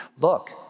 Look